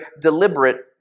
deliberate